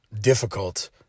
difficult